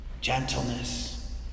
Gentleness